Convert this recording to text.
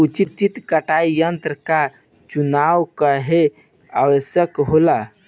उचित कटाई यंत्र क चुनाव काहें आवश्यक होला?